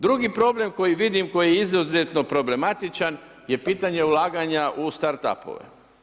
Drugi problem koji vidim, koji je izuzetno problematičan je pitanje ulaganja u Start apove.